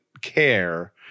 care